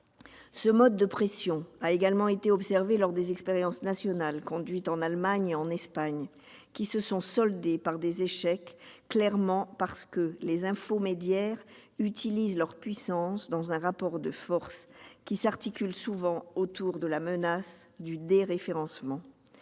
Ce mode de pression a également été observé lors des expériences nationales conduites en Allemagne et en Espagne, qui se sont soldées par des échecs, parce que les « infomédiaires » ont utilisé leur puissance dans un rapport de force articulé souvent autour de la menace du déréférencement.